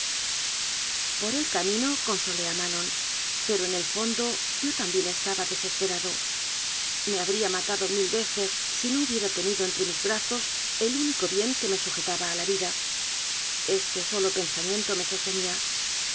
por el camino consolé a manon pero en el fon do yo también estaba desesperado me habría ma tado mil veces si no hubiera tenido entre mis bra zos el único bien que me sujetaba a la vida este sólo pensamiento me sostenía